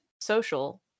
social